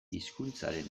hizkuntzaren